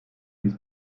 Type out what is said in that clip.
dies